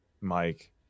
Mike